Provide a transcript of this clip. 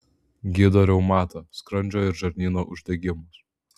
gydo reumatą skrandžio ir žarnyno uždegimus